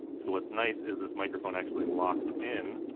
so what's nice is this microphone actually locks in